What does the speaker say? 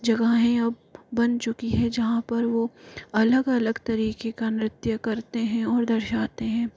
जगाहें अब बन चुकी हैं जहाँ पर वो अलग अलग तरीक़े का नृत्य करते हैं और दर्शाते हैं